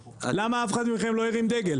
למה אף אחד ממכם לא הרים דגל?